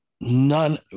None